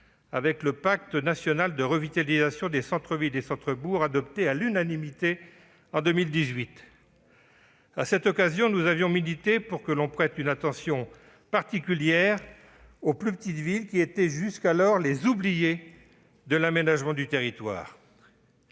portant Pacte national de revitalisation des centres-villes et centres-bourgs. À cette occasion, nous avions milité pour que l'on prête une attention particulière aux plus petites villes, qui étaient jusqu'alors les « oubliées » de l'aménagement du territoire.